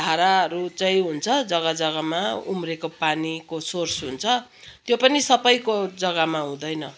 धाराहरू चाहिँ हुन्छ जग्गा जग्गामा उम्रेको पानीको सोर्स हुन्छ त्यो पनि सबैको जग्गामा हुँदैन